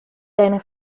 deine